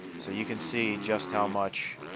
so you can see just how much